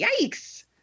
yikes